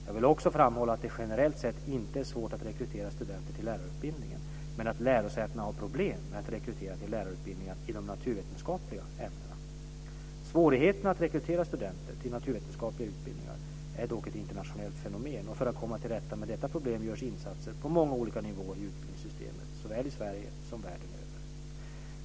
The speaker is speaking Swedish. Jag vill också framhålla att det generellt sett inte är svårt att rekrytera studenter till lärarutbildningen men att lärosätena har problem med att rekrytera till lärarutbildningarna i de naturvetenskapliga ämnena. Svårigheterna att rekrytera studenter till naturvetenskapliga utbildningar är dock ett internationellt fenomen, och för att komma till rätta med detta problem görs insatser på många olika nivåer i utbildningssystemen såväl i Sverige som världen över.